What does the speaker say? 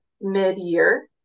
mid-year